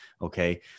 Okay